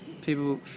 people